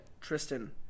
Tristan